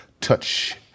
touch